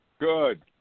Good